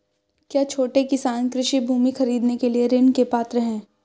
क्या छोटे किसान कृषि भूमि खरीदने के लिए ऋण के पात्र हैं?